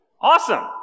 Awesome